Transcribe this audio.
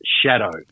shadow